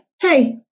Hey